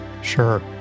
Sure